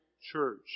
Church